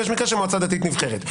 ויש מקרה של מועצה דתית נבחרת.